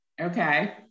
Okay